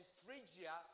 Phrygia